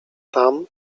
tam